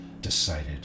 decided